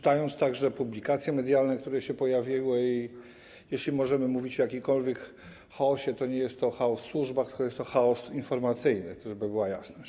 Także czytałem publikacje medialne, które się pojawiły, i jeśli możemy mówić o jakimkolwiek chaosie, to nie jest to chaos w służbach, tylko jest to chaos informacyjny - żeby była jasność.